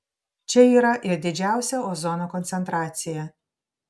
čia yra ir didžiausia ozono koncentracija